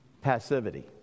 Passivity